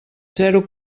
zero